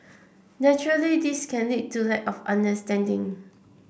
naturally this can lead to the of understanding